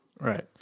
Right